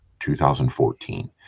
2014